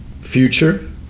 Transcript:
future